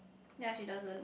ya she doesn't